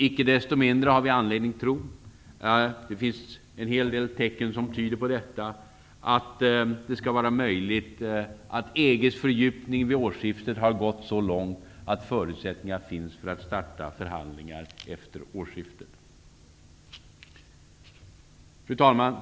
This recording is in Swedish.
Icke desto mindre har vi anledning att tro - det finns en hel del tecken som tyder på detta - att fördjupningen av EG:s samarbete har kommit så långt vid årsskiftet att förutsättningar finns att starta förhandlingar efter årsskiftet. Fru talman!